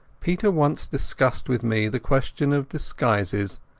peter once discussed with me the question of disguises,